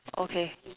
okay